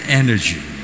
energy